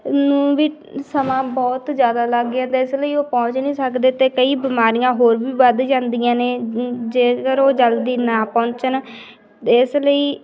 ਨੂੰ ਵੀ ਸਮਾਂ ਬਹੁਤ ਜ਼ਿਆਦਾ ਲੱਗ ਗਿਆ ਅਤੇ ਇਸ ਲਈ ਉਹ ਪਹੁੰਚ ਨਹੀਂ ਸਕਦੇ ਅਤੇ ਕਈ ਬਿਮਾਰੀਆਂ ਹੋਰ ਵੀ ਵੱਧ ਜਾਂਦੀਆਂ ਨੇ ਜੇਕਰ ਉਹ ਜਲਦੀ ਨਾ ਪਹੁੰਚਣ ਇਸ ਲਈ